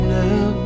now